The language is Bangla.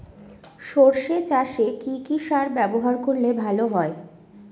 সর্ষে চাসে কি কি সার ব্যবহার করলে ভালো হয়?